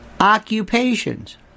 occupations